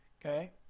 Okay